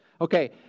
Okay